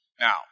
Now